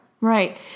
Right